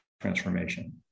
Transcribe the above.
transformation